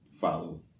follow